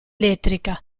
elettrica